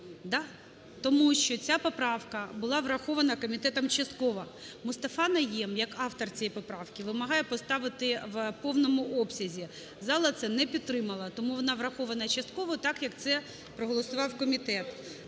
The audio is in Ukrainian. Тому що ця поправка була врахована комітетом частково. Мустафа Найєм як автор цієї поправки вимагає поставити в повному обсязі, зала це не підтримала. Тому вона врахована частково, так, як це проголосував комітет.